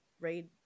read